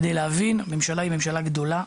כדי להבין הממשלה היא ממשלה גדולה,